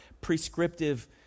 prescriptive